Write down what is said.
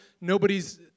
nobody's